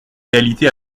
réalité